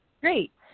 Great